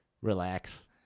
Relax